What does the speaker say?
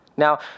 Now